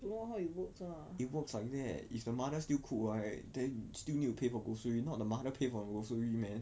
don't know how it works lah